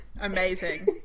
Amazing